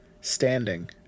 Standing